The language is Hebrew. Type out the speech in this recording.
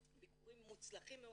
ביקורים מוצלחים מאוד,